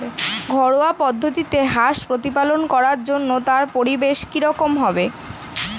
ঘরোয়া পদ্ধতিতে হাঁস প্রতিপালন করার জন্য তার পরিবেশ কী রকম হবে?